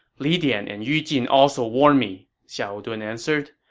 li dian and yu jin also warned me, xiahou dun answered.